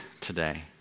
today